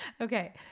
Okay